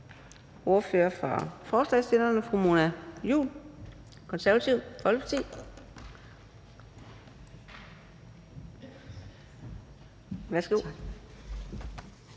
ordføreren for forslagsstillerne, fru Mona Juul, Det Konservative Folkeparti. Værsgo.